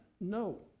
No